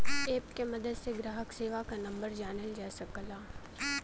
app के मदद से ग्राहक सेवा क नंबर जानल जा सकला